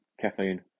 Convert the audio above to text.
caffeine